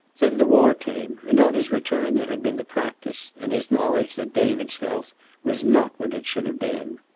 then the war came, and on his return there had been the practice, and his knowledge that david's health was not what it should have been.